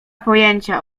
pojęcia